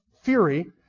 fury